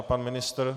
Pan ministr?